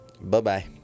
Bye-bye